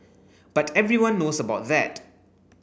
but everyone knows about that